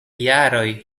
jaroj